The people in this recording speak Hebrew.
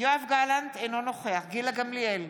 יואב גלנט, אינו נוכח גילה גמליאל,